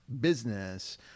business